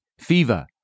fever